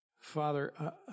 Father